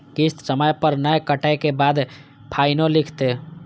किस्त समय पर नय कटै के बाद फाइनो लिखते?